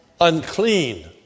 unclean